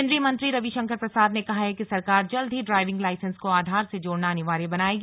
केन्द्रीय मंत्री रवि शंकर प्रसाद ने कहा है कि सरकार जल्द ही ड्राइविंग लाईसेंस को आधार से जोड़ना अनिवार्य बनाएगी